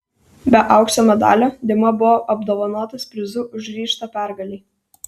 be aukso medalio dima buvo apdovanotas prizu už ryžtą pergalei